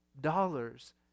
dollars